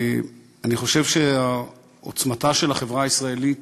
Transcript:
אני חושב שעוצמתה של החברה הישראלית